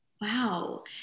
Wow